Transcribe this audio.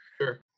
Sure